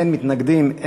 אין מתנגדים,